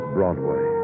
Broadway